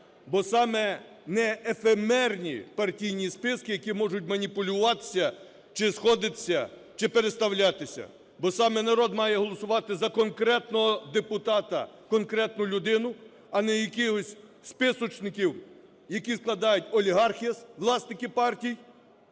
бо саме не ефемерні партійні списки, які можуть маніпулюватися чи сходитися, чи переставлятися, бо саме народ має голосувати за конкретного депутата, конкретну людину, а не якихось списочників, які складають олігархи-власники партій,